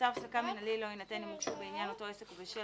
צו הפסקה מינהלי לא יינתן אם הוגשו בעניין אותו עסק ובשל